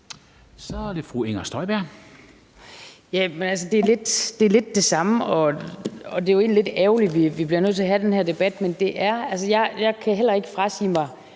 Kl. 14:17 Inger Støjberg (V): Det er lidt det samme, og det er jo egentlig lidt ærgerligt, at vi bliver nødt til at have den her debat. Men jeg kan heller ikke frasige mig